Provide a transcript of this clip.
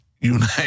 unite